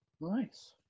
nice